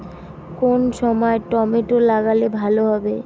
কোন সময় টমেটো লাগালে ভালো হবে?